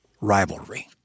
rivalry